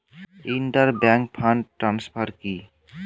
Inter bank fund transfer কি?